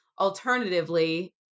Alternatively